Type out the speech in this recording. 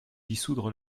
dissoudre